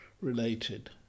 related